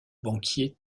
banquier